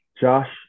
Josh